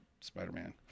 Spider-Man